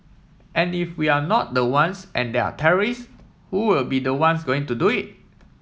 and if we're not the ones and there are terrorists who will be the ones going to do it